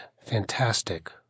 fantastic